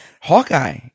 Hawkeye